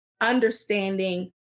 understanding